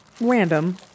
random